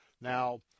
Now